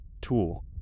tool